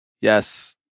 Yes